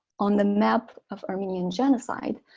on the map of armenian genocide,